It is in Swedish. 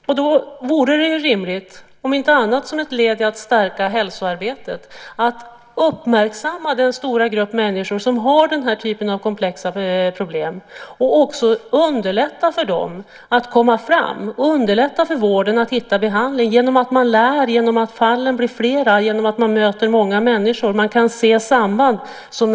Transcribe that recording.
Därför vore det rimligt att satsa på detta, om inte annat så som ett led i att stärka hälsoarbetet och uppmärksamma den stora grupp människor som har den här typen av komplexa problem. Det vore också ett sätt att underlätta för dem att komma fram och att underlätta för vården att hitta behandlingar. När fallen blir fler och man möter många människor i samma situation lär man sig också mer.